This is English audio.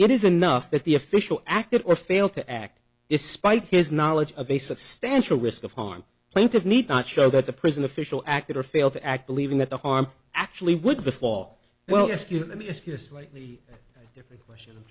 it is enough that the official act or fail to act despite his knowledge of a substantial risk of harm plaintiff need not show that the prison official acted or failed to act believing that the harm actually would befall well yes q let me ask you a slightly different question